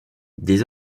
des